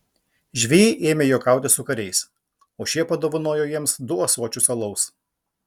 žvejai ėmė juokauti su kariais o šie padovanojo jiems du ąsočius alaus